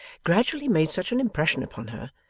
gradually made such an impression upon her,